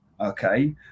okay